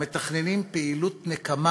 המתכננים פעילות נקמה